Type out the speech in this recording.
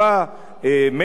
מילא אם יש בעיות,